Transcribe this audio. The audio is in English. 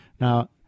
Now